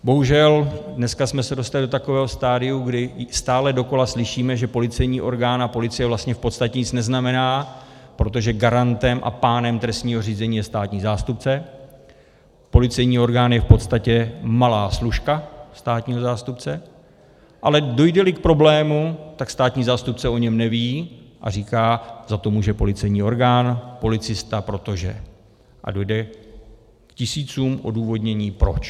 Bohužel dneska jsme se dostali do takového stadia, kdy stále dokola slyšíme, že policejní orgán a policie v podstatě nic neznamená, protože garantem a pánem trestního řízení je státní zástupce, policejní orgán je v podstatě malá služka státního zástupce, ale dojdeli problému, tak státní zástupce o něm neví a říká: za to může policejní orgán, policista, protože a dojde k tisícům odůvodnění proč.